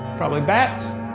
probably bats.